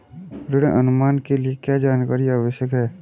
ऋण अनुमान के लिए क्या जानकारी आवश्यक है?